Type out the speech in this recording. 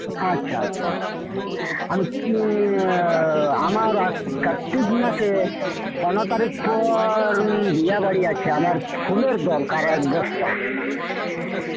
আচ্ছা আচ্ছা আচ্ছা আমি আমার আশ কার্তিক মাসে পনেরো তারিখ পর বিয়ে বাড়ি আছে আমার ফুলের দরকার এক বস্তা